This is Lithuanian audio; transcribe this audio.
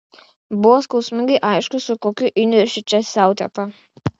buvo skausmingai aišku su kokiu įniršiu čia siautėta